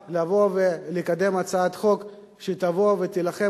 הבאה לבוא ולקדם הצעת חוק שתבוא ותילחם